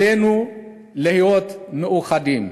עלינו להיות מאוחדים.